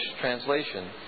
translation